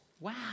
wow